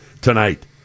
tonight